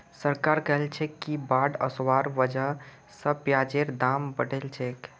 सरकार कहलछेक कि बाढ़ ओसवार वजह स प्याजेर दाम बढ़िलछेक